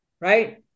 right